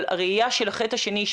אבל הראיה של ה-ח' השני,